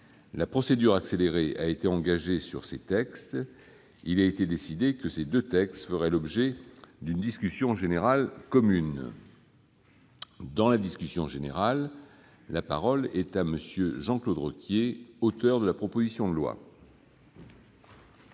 La procédure accélérée a été engagée sur ces textes. Il a été décidé que ces deux textes feraient l'objet d'une discussion générale commune. Dans la discussion générale commune, la parole est à M. Jean-Claude Requier, auteur de la proposition de loi.